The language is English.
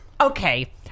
Okay